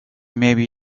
maybe